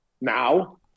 now